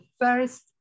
first